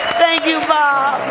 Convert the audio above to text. thank you, bob!